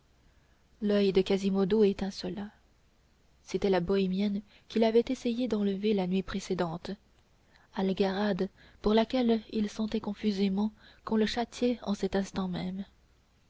l'oeil de quasimodo étincela c'était la bohémienne qu'il avait essayé d'enlever la nuit précédente algarade pour laquelle il sentait confusément qu'on le châtiait en cet instant même